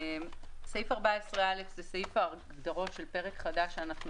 סעיף 14א הוא סעיף ההגדרות של פרק חדש שאנחנו